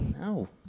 No